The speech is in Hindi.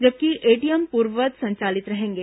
जबकि एटीएम पूर्ववत् संचालित रहेंगे